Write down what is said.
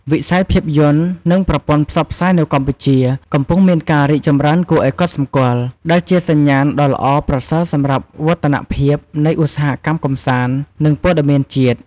វិស័យភាពយន្ត និងប្រព័ន្ធផ្សព្វផ្សាយនៅកម្ពុជា កំពុងមានការរីកចម្រើនគួរឱ្យកត់សម្គាល់ ដែលជាសញ្ញាណដ៏ល្អប្រសើរសម្រាប់វឌ្ឍនភាពនៃឧស្សាហកម្មកម្សាន្ត និងព័ត៌មានជាតិ។